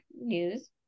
news